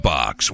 Box